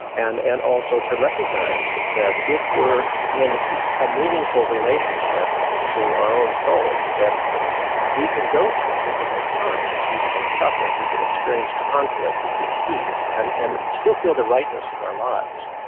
and and also to recognize that if we're in a meaningful relationship to our own souls, then we can go through difficult times, we can suffer, we can experience conflict and defeat, and and still feel the rightness of our lives.